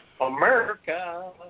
America